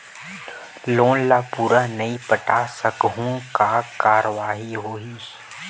Loan ला पूरा नई पटा सकहुं का कारवाही होही?